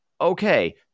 Okay